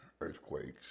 earthquakes